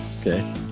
Okay